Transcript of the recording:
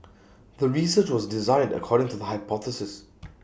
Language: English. the research was designed according to the hypothesis